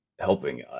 helping